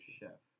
chef